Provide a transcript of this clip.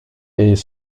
est